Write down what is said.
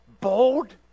bold